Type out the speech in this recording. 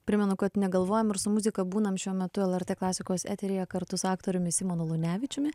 primenu kad negalvojam ir su muzika būname šiuo metu lrt klasikos eteryje kartu su aktoriumi simonu lunevičiumi